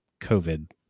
COVID